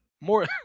More